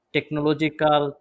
Technological